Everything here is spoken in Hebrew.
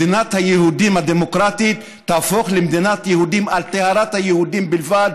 מדינת היהודים הדמוקרטית תהפוך למדינת יהודים על טהרת היהודים בלבד,